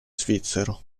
svizzero